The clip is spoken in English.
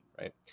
right